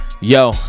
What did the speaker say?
Yo